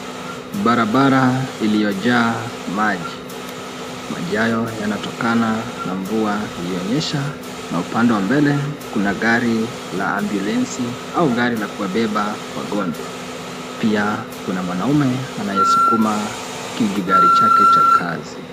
Barabara iliyojaa maji. Maji hayo yanatokana na mvua iliyonyesha, na upande wa mbele kuna gari la ambulensi au gari la kuwabeba wagonjwa. Pia kuna mwanaume anayeskuma kijigari chake cha kazi.